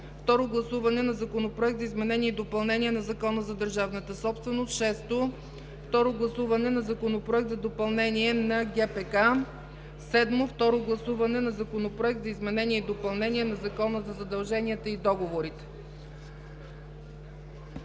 Второ гласуване на Законопроект за изменение и допълнение на Закона за държавната собственост. 6. Второ гласуване на Законопроект за допълнение на Гражданския процесуален кодекс. 7. Второ гласуване на Законопроект за изменение и допълнение на Закона за задълженията и договорите.